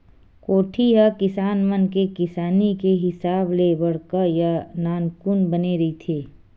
कोठी ह किसान मन के किसानी के हिसाब ले बड़का या नानकुन बने रहिथे